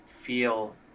feel